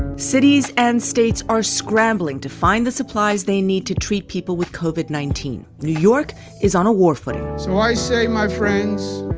cities and states are scrambling to find the supplies they need to treat people with covid nineteen. new york is on a war footing so i say, my friends,